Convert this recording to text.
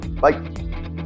Bye